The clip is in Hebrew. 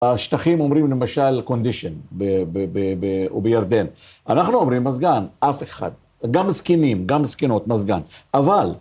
בשטחים אומרים למשל קונדישן ובירדן, אנחנו אומרים מזגן, אף אחד, גם זקנים, גם זקנות, מזגן, אבל...